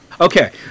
Okay